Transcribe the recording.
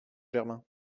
germain